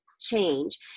change